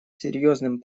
серьёзным